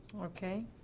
Okay